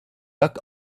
luck